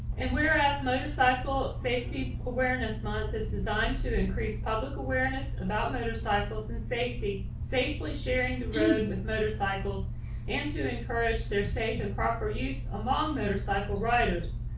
and whereas motorcycle safety awareness month is designed to increase public awareness about motorcycles and safety safely sharing the room with motorcycles and to encourage them safe and proper use among motorcycle riders.